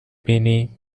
بینی